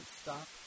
stop